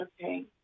Okay